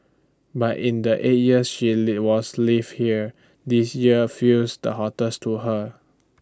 but in the eight years she live was live here this year feels the hottest to her